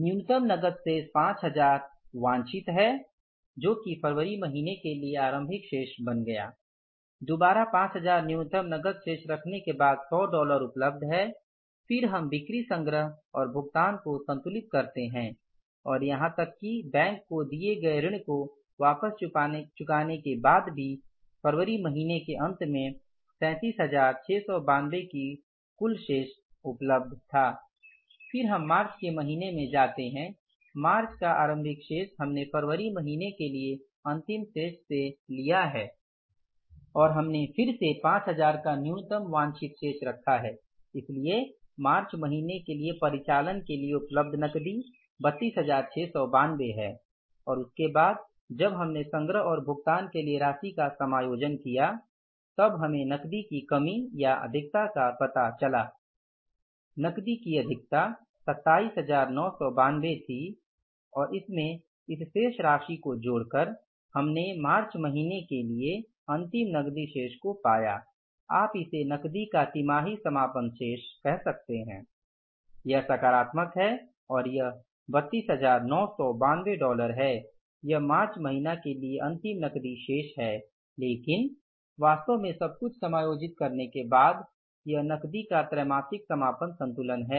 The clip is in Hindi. न्यूनतम नकद शेष 5000 वांछित है जो कि फरबरी महीने के लिए आरंभिक शेष बन गया दुबारा 5000 न्यूनतम नकद शेष रखने के बाद 100 डॉलर उपलब्ध है फिर हम बिक्री संग्रह और भुगतान को संतुलित करते है और यहां तक कि बैंक को दिए गए ऋण को वापस चुकाने के बाद भी फरवरी महीने के अंत में 37692 की कुल शेष उपलब्ध था फिर हम मार्च के महीने में जाते हैं मार्च का आरभिक शेष हमने फरवरी महीने के लिए अंतिम शेष से लिया है और हमने फिर से 5000 का न्यूनतम वांछित नकदी रखा है इसलिए मार्च महीने के लिए परिचालन के लिए उपलब्ध नकदी 32692 है और उसके बाद जब हमने संग्रह और भुगतान के लिए राशि का समायोजन किया तब हमें नकदी की कमी या अधिकता का पता चला नकदी की अधिकता 27992 थी और इसमें इस शेष राशि को जोड़कर हने मार्च महीने के लिए अंतिम नकदी शेष को पाया आप इसे नकदी का तिमाही समापन शेष कह सकते हैं यह सकारात्मक है और यह 32992 डॉलर है यह मार्च महीने के लिए अंतिम नकदी शेष है लेकिन वास्तव में सब कुछ समायोजित करने के बाद यह नकदी का त्रैमासिक समापन संतुलन है